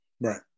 right